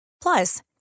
Plus